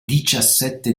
diciassette